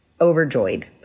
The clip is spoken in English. overjoyed